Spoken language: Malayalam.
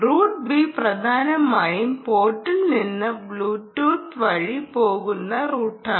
റൂട്ട് ബി പ്രധാനമായും പോർട്ടിൽ നിന്ന് ബ്ലൂടൂത്ത് വഴി പോകുന്ന റൂട്ടാണ്